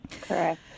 Correct